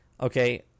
okay